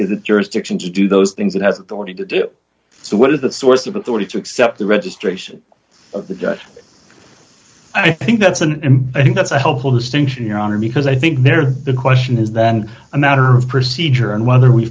gives the jurisdiction to do those things it has already to do so what is the source of authority to accept the registration of the i think that's an embed and that's a helpful distinction your honor because i think there the question is then a matter of procedure and whether we